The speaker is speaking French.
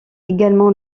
également